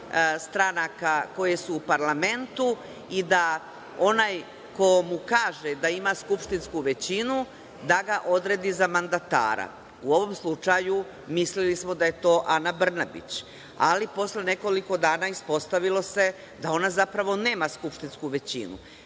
stranaka koje su u parlamentu i da onaj ko mu kaže da ima skupštinsku većinu, da ga odredi za mandatara. U ovom slučaju mislili smo da je to Ana Brnabić, ali posle nekoliko dana ispostavilo se da ona zapravo nema skupštinsku većinu,